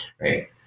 right